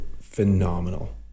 phenomenal